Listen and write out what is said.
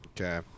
Okay